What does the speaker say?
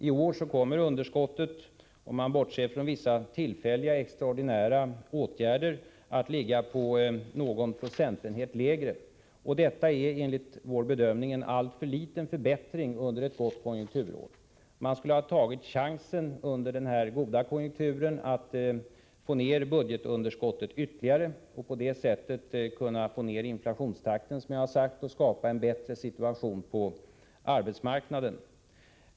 I år kommer underskottet, om man bortser från vissa tillfälliga extraordinära åtgärder, att vara någon procentenhet lägre. Detta är enligt vår bedömning en alltför liten förbättring under ett år med god konjunktur. Man skulle ha tagit chansen under denna goda konjunktur att få ned budgetunderskottet ytterligare för att på det sättet, som jag redan sagt, få ned inflationstakten och skapa en bättre situation på arbetsmarknaden.